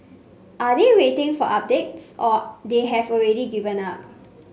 are they waiting for updates or they have already given up